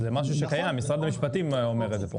משרד המשפטים אומר את זה.